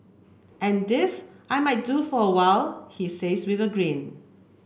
and this I might do for a while he says with a grin